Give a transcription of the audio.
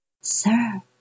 sir